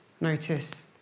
Notice